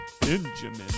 Benjamin